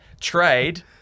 trade